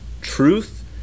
truth